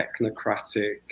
technocratic